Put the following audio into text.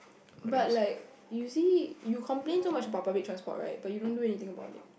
but like you see you complain so much about public transport right but you don't do anything about it